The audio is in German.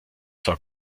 zwar